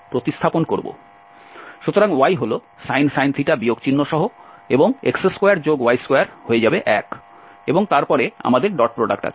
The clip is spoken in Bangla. সুতরাং y হল sin বিয়োগ চিহ্ন সহ এবং x2y2হয়ে যাবে 1 এবং তারপরে আমাদের ডট প্রোডাক্ট আছে